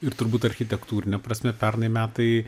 ir turbūt architektūrine prasme pernai metai